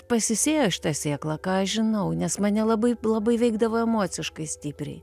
pasisėjo šita sėkla ką aš žinau nes mane labai labai veikdavo emociškai stipriai